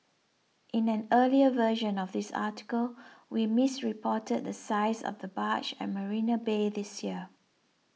in an earlier version of this article we misreported the size of the barge at Marina Bay this year